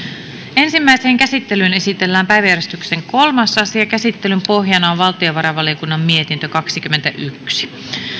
ensimmäiseen käsittelyyn esitellään päiväjärjestyksen kolmas asia käsittelyn pohjana on valtiovarainvaliokunnan mietintö kaksikymmentäyksi